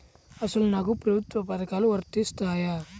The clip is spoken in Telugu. అసలు నాకు ప్రభుత్వ పథకాలు వర్తిస్తాయా?